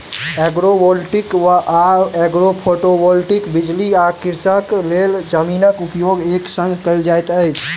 agrovoltaic वा agrophotovoltaic बिजली आ कृषिक लेल जमीनक उपयोग एक संग कयल जाइत छै